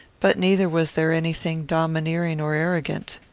but neither was there any thing domineering or arrogant.